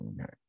okay